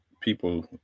people